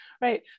right